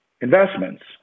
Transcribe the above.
investments